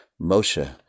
Moshe